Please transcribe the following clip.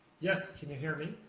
yes, can you hear me?